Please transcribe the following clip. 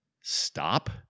stop